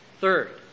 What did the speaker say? Third